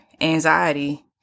anxiety